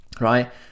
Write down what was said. Right